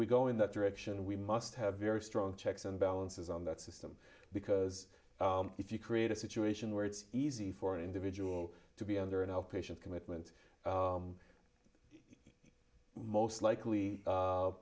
go in that direction we must have very strong checks and balances on that system because if you create a situation where it's easy for an individual to be under an outpatient commitment most likely